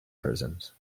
prisons